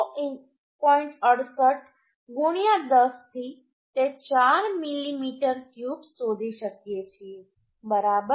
68 10 થી તે 4 millimetre cube શોધી શકીએ છીએ બરાબર